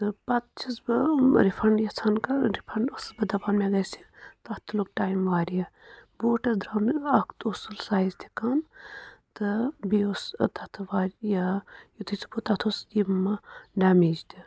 تہٕ پَتہٕ چھَس بہٕ رِفنٛڈ یَژھان کَرُن رِفنٛڈ ٲسٕس بہٕ دَپان مےٚ گَژھِ تَتھ تہِ لۆگ ٹایِٔم واریاہ بوٗٹس درٛاو نہٕ اَکھ تہِ اوس سُہ سایِٔز تہِ کَم تہٕ بیٚیہِ اوس تَتھ واریاہ یہِ یِتھُے سُہ ووت تَتھ اوس یہِ ڈیمیج تہِ